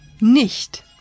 nicht